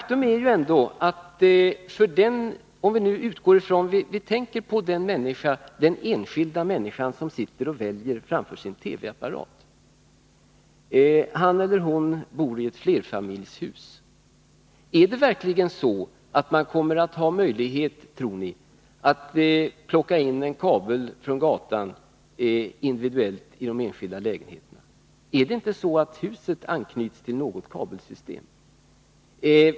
Tror ni verkligen att den människa som i ett flerfamiljshus sitter framför sin TV-apparat och väljer har möjlighet att individuellt ta in en kabel från gatan till den egna lägenheten? Anknyts inte huset till ett kabelsystem av något slag?